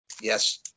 yes